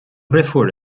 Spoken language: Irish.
dheirfiúr